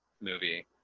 movie